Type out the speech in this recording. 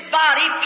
body